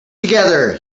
together